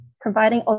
providing